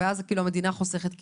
ואז כאילו המדינה חוסכת כסף?